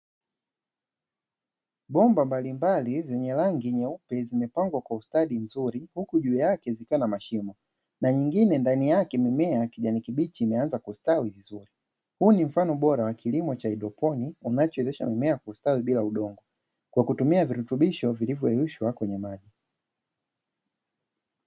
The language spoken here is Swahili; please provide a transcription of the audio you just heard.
Bomba mbalimbali zenye rangi nyeupe zimepangwa kwa ustadi mzuri, huku juu yake zikiwa na mashimo na nyingine ndani yake mimea kijani kibichi imeanza kustawi vizuri. Huu ni mfano bora wa kilimo cha haidroponi, kinachezesha mimea kusali bila udongo kwa kutumia virutubisho vilivyoyushwa kwenye maji.